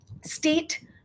state